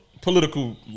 political